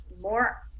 more